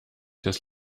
das